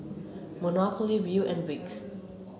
monopoly Viu and Vicks